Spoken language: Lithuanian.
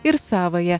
ir savąją